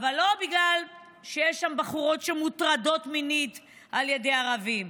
אבל לא בגלל שיש שם בחורות שמוטרדות מינית על ידי ערבים,